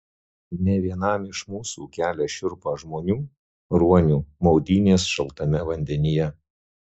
ne vienam iš mūsų kelia šiurpą žmonių ruonių maudynės šaltame vandenyje